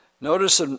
notice